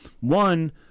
One